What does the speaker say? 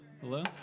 hello